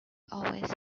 always